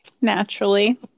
Naturally